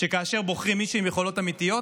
שכאשר בוחרים מישהו עם יכולות אמיתיות,